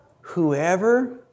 whoever